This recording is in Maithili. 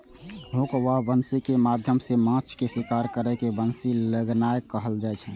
हुक या बंसी के माध्यम सं माछ के शिकार करै के बंसी लगेनाय कहल जाइ छै